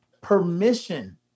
permission